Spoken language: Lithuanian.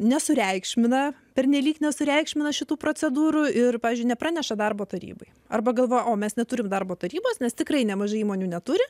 nesureikšmina pernelyg nesureikšmina šitų procedūrų ir pavyzdžiui nepraneša darbo tarybai arba galvoja o mes neturime darbo tarybos nes tikrai nemažai įmonių neturi